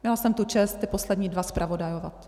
Měla jsem tu čest ty poslední dva zpravodajovat.